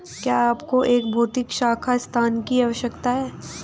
क्या आपको एक भौतिक शाखा स्थान की आवश्यकता है?